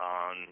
on